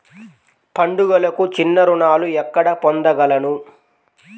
పండుగలకు చిన్న రుణాలు ఎక్కడ పొందగలను?